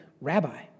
Rabbi